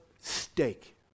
stake